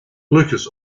lucas